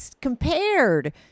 compared